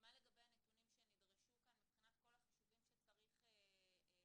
מה לגבי הנתונים שנדרשו כאן מבחינת כל החישובים שצריך לעשות